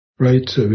Right